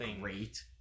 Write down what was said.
great